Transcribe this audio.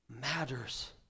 matters